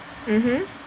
mmhmm